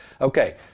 Okay